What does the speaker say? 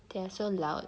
did I so loud